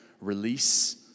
release